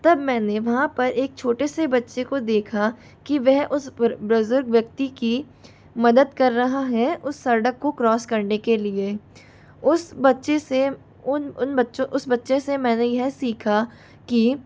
तब मैंने वहाँ पर एक छोटे से बच्चे को देखा कि वह उस वज बुजुर्ग व्यक्ति की मदद कर रहा है उस सड़क को क्रॉस करने के लिए उस बच्चे से उन उन बच्चों उस बच्चे से मैंने यह सीखा कि